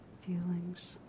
feelings